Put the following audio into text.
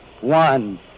one